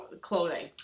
clothing